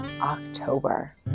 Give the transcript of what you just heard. October